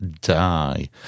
die